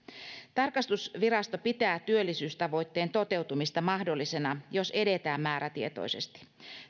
tarkastusvirasto pitää työllisyystavoitteen toteutumista mahdollisena jos edetään määrätietoisesti